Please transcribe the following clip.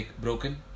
broken